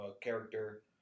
character